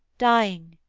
dying,